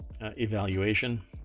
evaluation